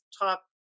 top